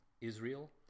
Israel